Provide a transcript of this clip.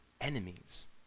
enemies